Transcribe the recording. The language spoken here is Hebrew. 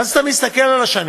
ואז אתה מסתכל על השנים,